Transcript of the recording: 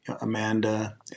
Amanda